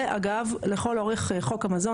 זה, אגב, לכל אורך חוק המזון.